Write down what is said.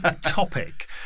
topic